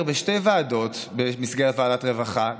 בשתי ועדות במסגרת ועדת הרווחה.